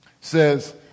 says